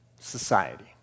society